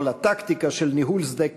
או לטקטיקה של ניהול שדה הקרב,